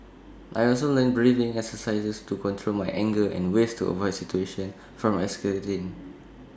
I also learnt breathing exercises to control my anger and ways to avoid situations from escalating